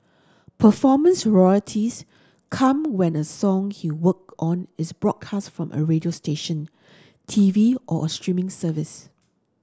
performance royalties come when a song he worked on is broadcast from a radio station T V or a streaming service